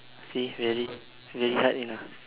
see very very hard you know